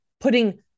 putting